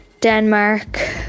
Denmark